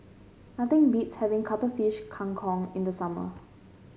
nothing beats having Cuttlefish Kang Kong in the summer